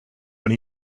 when